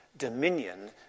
Dominion